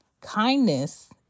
Kindness